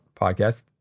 podcast